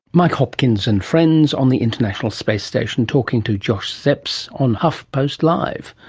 mike hopkins and friends on the international space station, talking to josh zepps on huff post live.